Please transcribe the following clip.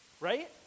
right